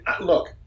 look